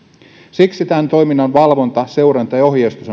siksi tämän toiminnan valvonta seuranta ja ohjeistus